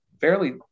fairly